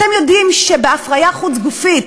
אתם יודעים שבהפריה חוץ-גופית